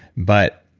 but